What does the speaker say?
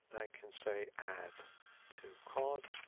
can say add to cart.